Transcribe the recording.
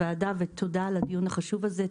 יושב-ראש הוועדה, ותודה על הדיון החשוב הזה.